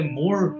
more